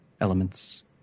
elements